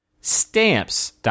stamps